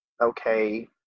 okay